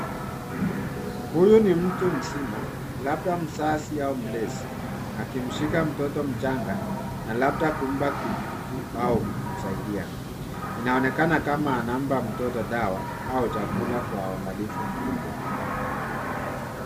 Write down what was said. Huyu ni mtu mzima labda mzazi au mlezi akimshika mtoto mchanga na labda kumpa kitu au kumsaidia. Inaonekana kama anampa mtoto dawa au chakula kwa uangalifu mkubwa.